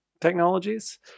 technologies